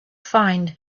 find